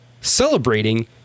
celebrating